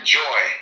joy